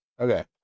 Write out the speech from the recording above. Okay